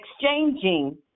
exchanging